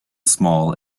small